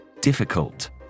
difficult